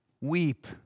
weep